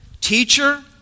teacher